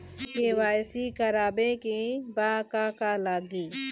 हमरा के.वाइ.सी करबाबे के बा का का लागि?